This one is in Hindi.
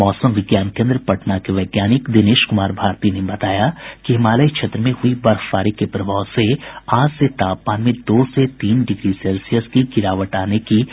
मौसम विज्ञान केन्द्र पटना के वैज्ञानिक दिनेश कुमार भारती ने बताया कि हिमालय क्षेत्र में हुई बर्फबारी के प्रभाव से आज से तापमान में दो से तीन डिग्री सेल्सियस की गिरावट आने की संभावना है